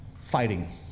Fighting